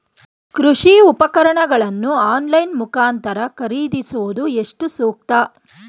ಕೃಷಿ ಉಪಕರಣಗಳನ್ನು ಆನ್ಲೈನ್ ಮುಖಾಂತರ ಖರೀದಿಸುವುದು ಎಷ್ಟು ಸೂಕ್ತ?